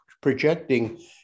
projecting